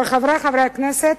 אבל, חברי חברי הכנסת,